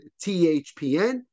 THPN